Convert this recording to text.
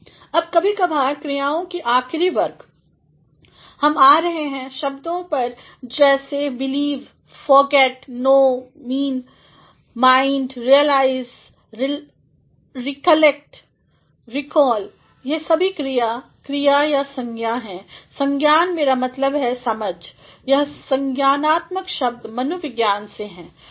अब कभी कभारक्रियाओं की आखरी वर्ग हम आ रहे हैं शब्दों पर जैसे believe forget know mean mind realise recollect recall यह सभी क्रिया क्रिया यासंज्ञानहैं संज्ञान मेरा मतलब है समझ यहसंज्ञानात्मकशब्दमनोविज्ञानसे है